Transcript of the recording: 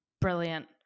Brilliant